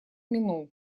минул